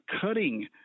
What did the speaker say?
cutting